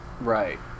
right